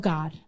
God